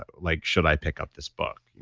but like should i pick up this book?